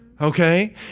Okay